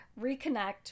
reconnect